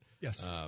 Yes